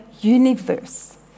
universe